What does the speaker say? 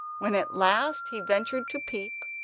when at last he ventured to peep,